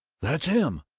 that's him!